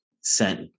sent